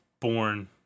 born